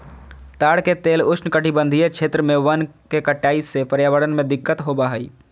ताड़ के तेल उष्णकटिबंधीय क्षेत्र में वन के कटाई से पर्यावरण में दिक्कत होबा हइ